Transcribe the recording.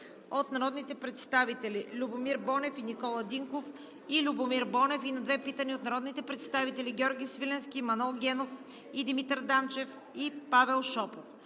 от народните представители Любомир Бонев и Никола Динков; и Любомир Бонев и на две питания от народните представители Георги Свиленски, Манол Генов и Димитър Данчев; и Павел Шопов.